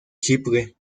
chipre